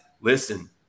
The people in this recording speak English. listen